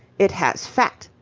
it has fat.